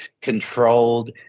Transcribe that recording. controlled